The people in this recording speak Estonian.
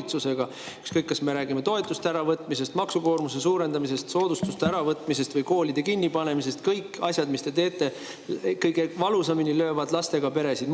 Ükskõik, kas me räägime toetuste äravõtmisest, maksukoormuse suurendamisest, soodustuste äravõtmisest või koolide kinnipanemisest, kõik asjad, mis te teete, löövad kõige valusamini lastega peresid.